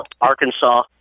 Arkansas